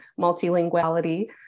multilinguality